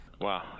Wow